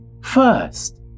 first